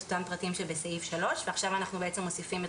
אותם פרטים שבסעיף 3 ועכשיו אנחנו בעצם מוסיפים את